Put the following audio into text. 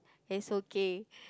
is okay